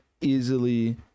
easily